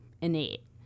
innate